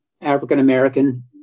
african-american